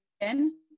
again